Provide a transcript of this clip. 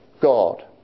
God